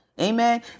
Amen